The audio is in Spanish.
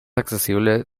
accesible